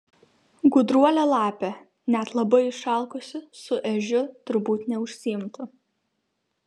gudruolė lapė net labai išalkusi su ežiu turbūt neužsiimtų